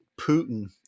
Putin